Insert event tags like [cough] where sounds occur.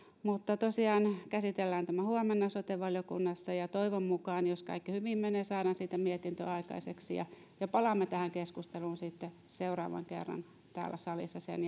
tosiaan käsitellään tämä huomenna sote valiokunnassa ja ja toivon mukaan jos kaikki hyvin menee saadaan siitä mietintö aikaiseksi ja ja palaamme tähän keskusteluun sitten seuraavan kerran täällä salissa sen [unintelligible]